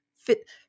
fit